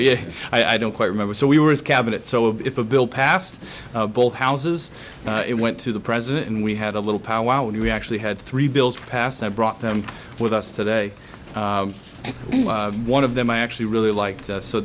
you i don't quite remember so we were his cabinet so if a bill passed both houses it went to the president and we had a little powwow and we actually had three bills passed i brought them with us today and one of them i actually really liked